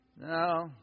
No